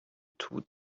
two